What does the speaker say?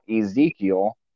Ezekiel